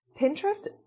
Pinterest